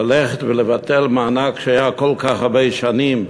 ללכת ולבטל מענק שהיה כל כך הרבה שנים,